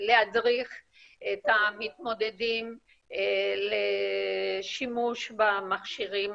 להדריך את המתמודדים לשימוש במכשירים